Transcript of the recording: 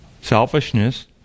selfishness